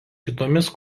kitomis